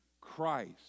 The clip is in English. Christ